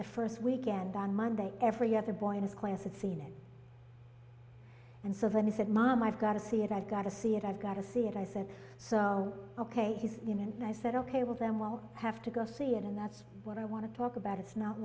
the first weekend on monday every other boy in his class had seen it and seven he said mom i've got to see it i gotta see it i've got to see it i said so ok he's in and i said ok well then we'll have to go see it and that's what i want to talk about it's not